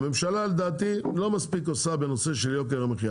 הממשלה לדעתי לא מספיק עושה בעניין של יוקר המחייה,